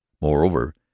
moreover